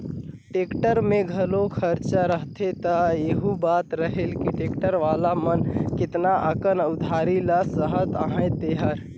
tractor में घलो खरचा लागथे त एहू बात रहेल कि टेक्टर वाला मन केतना अकन उधारी ल सहत अहें तेहर